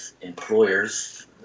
employers